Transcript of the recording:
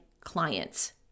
clients